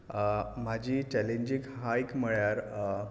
म्हाजी चॅलेंजींग हायक म्हळ्यार